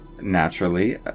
naturally